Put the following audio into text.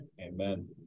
Amen